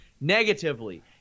negatively